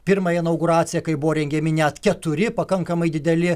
pirmą inauguraciją kai buvo rengiami net keturi pakankamai dideli